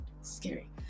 scary